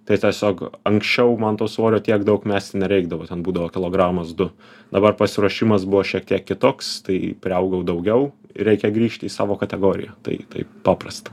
tai tiesiog anksčiau man to svorio tiek daug mest nereikdavo ten būdavo kilogramas du dabar pasiruošimas buvo šiek tiek kitoks tai priaugau daugiau reikia grįžti į savo kategoriją tai taip paprasta